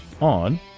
on